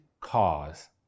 cause